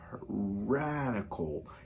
radical